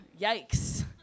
yikes